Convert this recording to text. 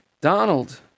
Donald